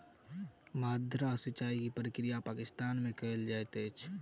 माद्दा सिचाई प्रक्रिया पाकिस्तान में कयल जाइत अछि